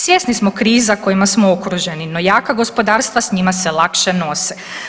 Svjesni smo kriza kojima smo okruženi no jaka gospodarstva s njima se lakše nose.